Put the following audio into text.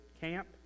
camp